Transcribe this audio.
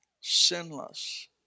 sinless